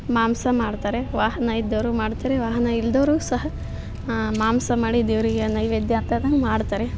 ಮಾಂಸ ಮಾಡ್ತಾರೆ ವಾಹನ ಇದ್ದವರು ಮಾಡ್ತಾರೆ ವಾಹನ ಇಲ್ಲದವ್ರೂ ಸಹ ಮಾಂಸ ಮಾಡಿ ದೇವರಿಗೆ ನೈವೇದ್ಯ ಅಂತಂದನ್ನು ಮಾಡ್ತಾರೆ